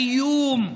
האיום.